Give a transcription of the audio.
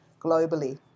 globally